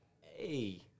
Hey